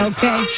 Okay